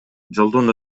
жолдон